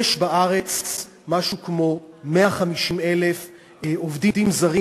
יש בארץ משהו כמו 150,000 עובדים זרים